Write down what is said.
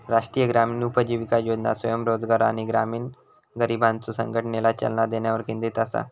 राष्ट्रीय ग्रामीण उपजीविका योजना स्वयंरोजगार आणि ग्रामीण गरिबांच्यो संघटनेला चालना देण्यावर केंद्रित असा